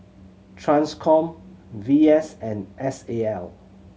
Transcom V S and S A L